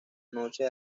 noche